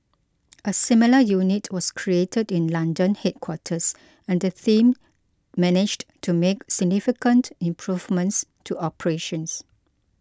a similar unit was created in the London headquarters and the same managed to make significant improvements to operations